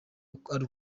uko